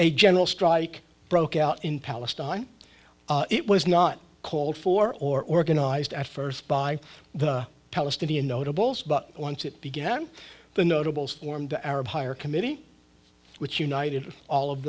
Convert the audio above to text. a general strike broke out in palestine it was not called for or organized at first by the palestinian notables but once it began the notables formed the arab higher committee which united all of